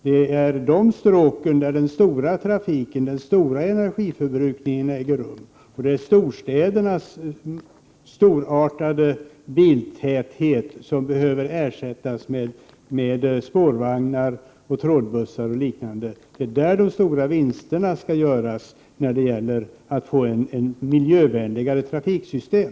Det är på dessa stråk med omfattande trafik som den stora energiförbrukningen äger rum. De många bilarna i storstäderna bör ersättas med spårvagnar, trådbussar och liknande. Det är där de stora vinsterna kan göras, när det gäller att få ett miljövänligare trafiksystem.